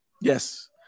Yes